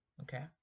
Okay